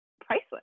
priceless